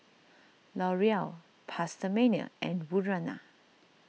L'Oreal PastaMania and Urana